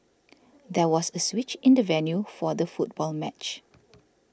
there was a switch in the venue for the football match